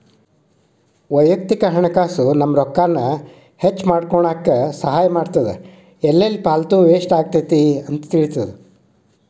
ವಯಕ್ತಿಕ ಹಣಕಾಸ್ ನಮ್ಮ ರೊಕ್ಕಾನ ಹೆಚ್ಮಾಡ್ಕೊನಕ ಸಹಾಯ ಮಾಡ್ತದ ಎಲ್ಲೆಲ್ಲಿ ಪಾಲ್ತು ವೇಸ್ಟ್ ಆಗತೈತಿ ಅಂತ ತಿಳಿತದ